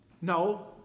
No